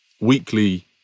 weekly